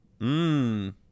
Mmm